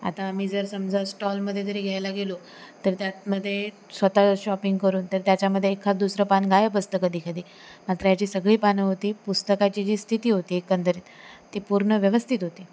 आता मी जर समजा स्टॉलमध्ये जरी घ्यायला गेलो तर त्यातमध्ये स्वत शॉपिंग करून तर त्याच्यामध्ये एखाददुसरं पान गायब असतं कधीकधी मात्र याची सगळी पानं होती पुस्तकाची जी स्थिती होती एकंदरीत ती पूर्ण व्यवस्थित होती